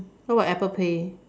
what about Apple-Pay